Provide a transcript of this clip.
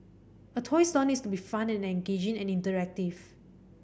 a toy store needs to be fun and engaging and interactive